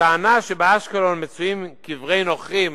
הטענה שבאשקלון מצויים קברי נוכרים,